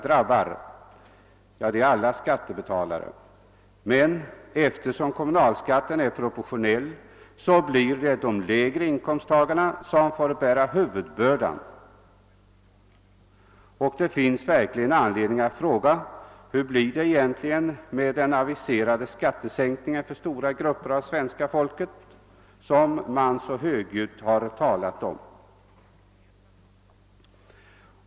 Ja, det gör alla skattebetalare, men eftersom kommunalskatten är proportionell, får de lägre inkomsttagarna bära huvudbördan. Det finns verkligen anledning att fråga: Hur blir det egentligen med den skattesänkning för stora grupper av svenska folket som man så högljutt har aviserat?